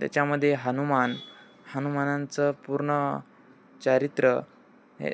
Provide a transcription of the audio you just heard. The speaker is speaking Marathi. त्याच्यामध्ये हनुमान हनुमानांचं पूर्ण चारित्र हे